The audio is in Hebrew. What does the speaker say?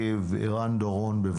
זה קורה כמעט כל יום.